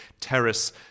Terrace